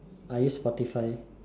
I use Spotify